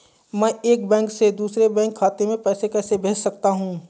मैं एक बैंक से दूसरे बैंक खाते में पैसे कैसे भेज सकता हूँ?